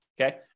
okay